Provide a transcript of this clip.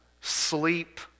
sleep